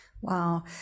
Wow